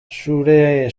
zure